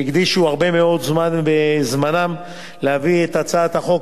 והקדישו הרבה מאוד מזמנם להביא את הצעת החוק